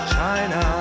China